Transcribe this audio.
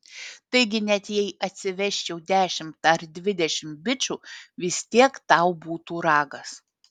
taigi net jei atsivesčiau dešimt ar dvidešimt bičų vis tiek tau būtų ragas